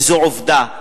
וזו עובדה,